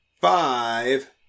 five